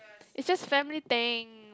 is just family tang